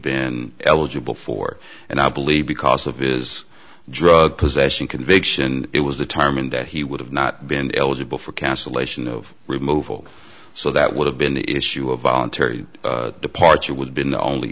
been eligible for and i believe because of his drug possession conviction it was determined that he would have not been eligible for cancellation of removal so that would have been the issue of voluntary departure would been the only